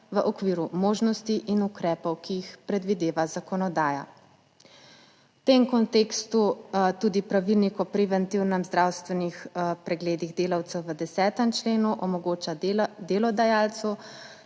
v okviru možnosti in ukrepov, ki jih predvideva zakonodaja. V tem kontekstu tudi pravilnik o preventivnih zdravstvenih pregledih delavcev v 10. členu omogoča delodajalcu,